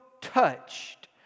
touched